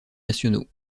nationaux